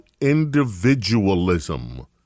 individualism